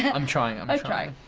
ah i'm trying, i'm trying.